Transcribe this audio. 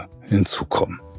hinzukommen